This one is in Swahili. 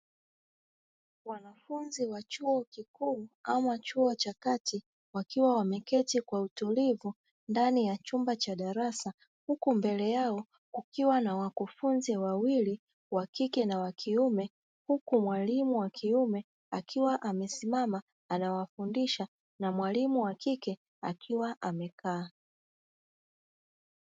Wanafunzi wa chuo kikuu au wa chuo cha kati; wakiwa wameketi kwa utulivu ndani ya chumba cha darasa huku mbele yao kukiwa na wakufunzi wawili; wa kike na wa kiume, huku mwalimu wa kiume akiwa amesimama anawafundisha na mwalimu wa kike akiwa amekaa.